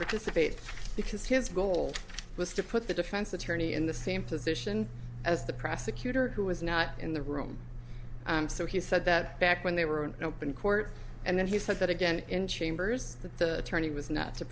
participate because his goal was to put the defense attorney in the same position as the prosecutor who was not in the room and so he said that back when they were in an open and then he said that again in chambers the tourney was not to